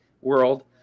world